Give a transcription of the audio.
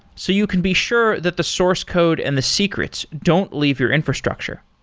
so you can be sure that the source code and the secrets don't leave your infrastructure.